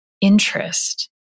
interest